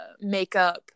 makeup